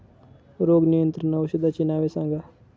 रोग नियंत्रण औषधांची नावे सांगा?